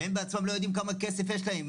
והם בעצמם לא יודעים כמה כסף יש להם.